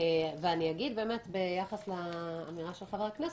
אני אגיד ביחס לאמירה של חבר הכנסת,